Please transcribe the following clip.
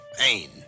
pain